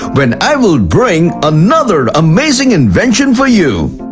when i will bring another amazing invention for you.